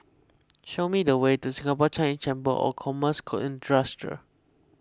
show me the way to Singapore Chinese Chamber of Commerce and Industry